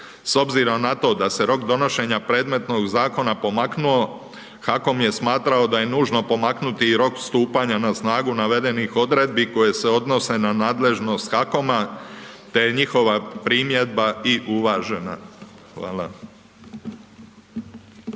S obzirom na to da se rok donošenja predmetnog zakona pomaknuo HAKOM je smatrao da je nužno pomaknuti i rok stupanja na snagu navedenih odredbi koje se odnose na nadležnost HAKOM-a te je njihova primjedba i uvažena. Hvala.